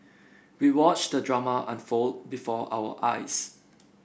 we watched the drama unfold before our eyes